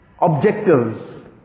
objectives